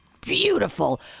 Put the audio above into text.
beautiful